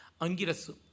Angirasu